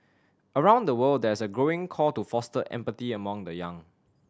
around the world there is a growing call to foster empathy among the young